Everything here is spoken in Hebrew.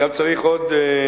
עכשיו צריך להביא